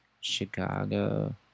Chicago